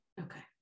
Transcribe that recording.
Okay